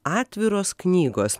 atviros knygos